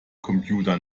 computer